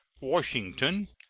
washington,